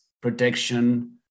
protection